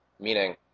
Meaning